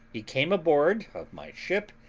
he came aboard of my ship,